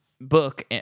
book